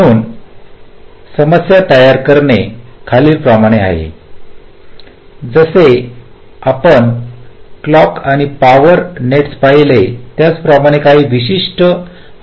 म्हणून समस्या तयार करणे खालीलप्रमाणे आहे जसे आपण क्लॉक आणि पॉवर नेट्स पाहिले त्याप्रमाणे काही विशिष्ट आवश्यकता आहेत